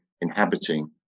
inhabiting